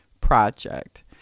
project